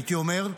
הייתי אומר,